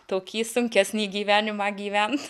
tokį sunkesnį gyvenimą gyventi